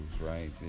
right